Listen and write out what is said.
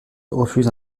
refuse